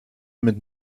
mit